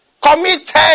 Committed